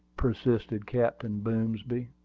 persisted captain boomsby.